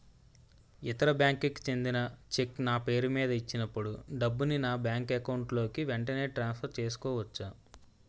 ఇతర బ్యాంక్ కి చెందిన చెక్ నా పేరుమీద ఇచ్చినప్పుడు డబ్బుని నా బ్యాంక్ అకౌంట్ లోక్ వెంటనే ట్రాన్సఫర్ చేసుకోవచ్చా?